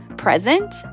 Present